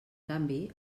canvi